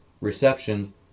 reception